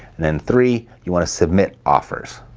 then three, you want to submit offers.